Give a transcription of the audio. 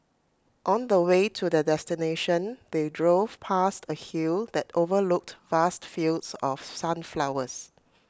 on the way to their destination they drove past A hill that overlooked vast fields of sunflowers